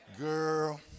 Girl